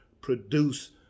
produce